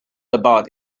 about